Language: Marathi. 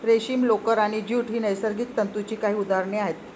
रेशीम, लोकर आणि ज्यूट ही नैसर्गिक तंतूंची काही उदाहरणे आहेत